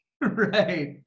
Right